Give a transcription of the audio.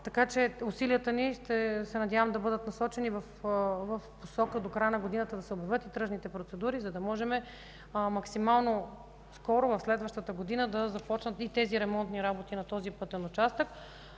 Така че усилията ни се надявам да бъдат насочени в посока до края на годината да се обновят тръжните процедури, за да можем максимално скоро в следващата година да започнат и тези ремонтни работи на този пътен участък,